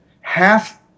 half